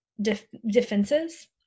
defenses